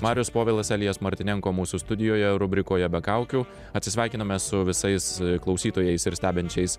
marius povilas elijas martynenko mūsų studijoje rubrikoje be kaukių atsisveikiname su visais klausytojais ir stebinčiais